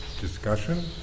discussion